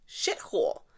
shithole